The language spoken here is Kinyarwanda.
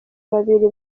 babiri